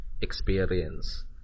experience